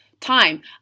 time